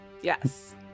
Yes